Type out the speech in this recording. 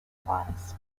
applies